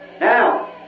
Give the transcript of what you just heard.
Now